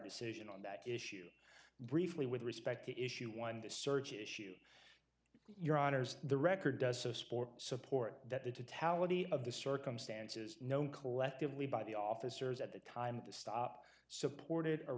decision on that issue briefly with respect to issue one the search issue your honour's the record does so sport support that the tally of the circumstances known collectively by the officers at the time the stop supported a